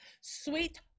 Sweet